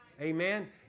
Amen